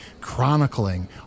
chronicling